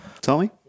Tommy